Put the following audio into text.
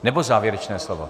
Nebo závěrečné slovo?